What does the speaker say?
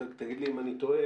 תגיד לי אם אני טועה,